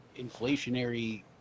inflationary